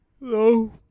No